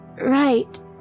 right